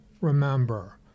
remember